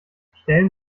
stellen